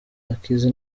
akiza